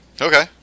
Okay